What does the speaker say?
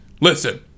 listen